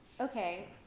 Okay